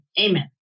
Amen